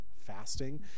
fasting